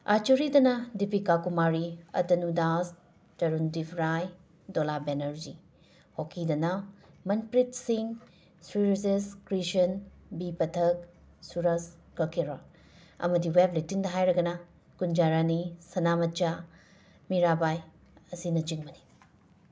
ꯑꯥꯔꯆꯔꯤꯗꯅ ꯗꯤꯄꯤꯀꯥ ꯀꯨꯃꯥꯔꯤ ꯑꯇꯅꯨ ꯗꯥꯁ ꯇꯔꯨꯟ ꯗꯤꯐ꯭ꯔꯥꯏ ꯗꯣꯂꯥ ꯕꯦꯅꯔꯖꯤ ꯍꯣꯀꯤꯗꯅ ꯃꯟꯄ꯭ꯔꯤꯠ ꯁꯤꯡ ꯁꯨꯔꯖꯦꯁ ꯀ꯭ꯔꯤꯁꯟ ꯕꯤ ꯄꯊꯛ ꯁꯨꯔꯁ ꯀꯀꯦꯔꯥ ꯑꯃꯗꯤ ꯋꯦꯠ ꯂꯤꯞꯇꯤꯡꯗ ꯍꯥꯏꯔꯒꯅ ꯀꯨꯟꯖꯔꯥꯅꯤ ꯁꯅꯥꯃꯆꯥ ꯃꯤꯔꯥꯕꯥꯏ ꯑꯁꯤꯅꯆꯤꯡꯕꯅꯤ